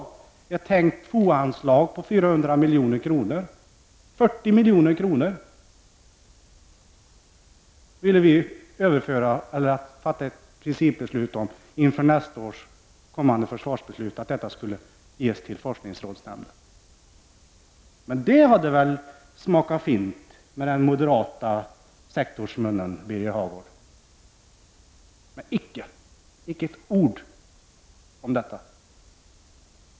10 90 av anslaget på 400 miljoner, alltså 40 miljoner, vill vi ge till forskningsrådsnämnden via ett principbeslut inför nästa års försvarsbeslut. Det hade väl smakat fint i den moderata sektorsmunnen, Birger Hagård. Men icke, icke ett ord om detta!